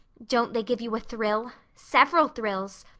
don't they give you a thrill several thrills?